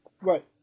Right